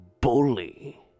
bully